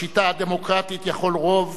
בשיטה הדמוקרטית יכול רוב